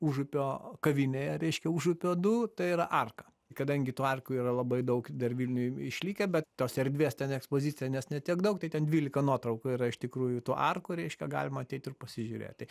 užupio kavinėje reiškia užupio du tai yra arka kadangi tų arkų yra labai daug dar vilniuj išlikę bet tos erdvės ten ekspozicinės ne tiek daug tai ten dvylika nuotraukų yra iš tikrųjų tų arkų reiškia galima ateit ir pasižiūrėt tai